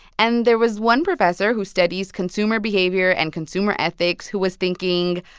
and there was one professor who studies consumer behavior and consumer ethics who was thinking,